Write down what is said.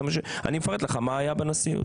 אני מפרט לך מה היה בנשיאות.